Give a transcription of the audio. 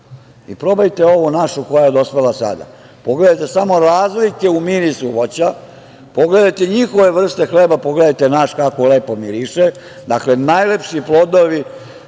i probajte ovu našu koja je dospela sada. Pogledajte samo razlike u mirisu voća, pogledajte njihove vrste hleba, pogledajte naš kako lepo miriše. Dakle, najlepši plodovi,